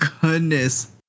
goodness